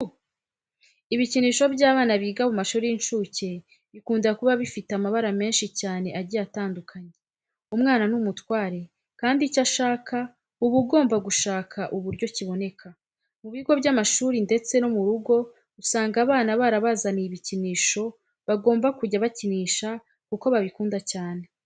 Ibikinisho by'abana biga mu mashuri y'inshuke bikunda kuba bifite amabara menshi cyane agiye atandukanye. Umwana ni umutware kandi icyo ushaka uba ugomba gushaka uburyo kiboneka. Mu bigo by'amashuri ndetse no mu rugo usanga abana barabazaniye ibikinisho bagomba kujya bakinisha kuko babikunda cyane.